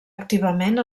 activament